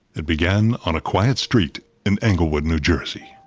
it began on a quiet street in englewood, new jersey.